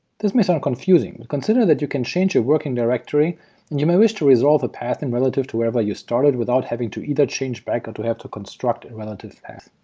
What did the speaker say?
this may sound confusing consider that you can change your working directory and you may wish to resolve a path and relative to wherever you started without having to either change back or to have to construct a and relative path.